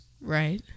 Right